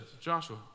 Joshua